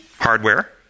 Hardware